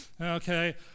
Okay